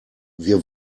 wir